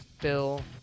Bill